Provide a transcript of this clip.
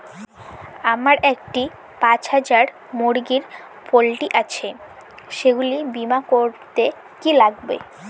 আমার একটি পাঁচ হাজার মুরগির পোলট্রি আছে সেগুলি বীমা করতে কি লাগবে?